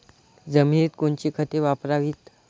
जमिनीत कोणती खते वापरावीत?